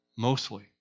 Mostly